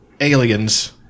Aliens